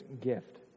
gift